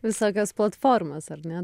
visokios platformos ar ne